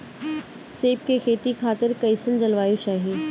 सेब के खेती खातिर कइसन जलवायु चाही?